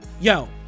Yo